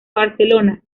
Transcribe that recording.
barcelona